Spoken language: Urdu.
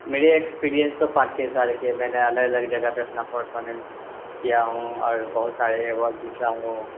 میرے ایکسپیریئنس تو پانچ چھ سال کے ہے میں نے الگ الگ جگہ پہ اپنا پرفارمنس کیا ہوں اور بہت سارے ایوارڈ جیتا ہوں